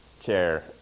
chair